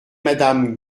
madame